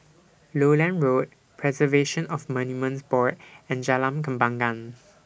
Lowland Road Preservation of Monuments Board and Jalan Kembangan